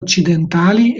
occidentali